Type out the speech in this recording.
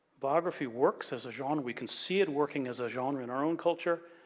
biography works as a genre, we can see it working as a genre in our own culture.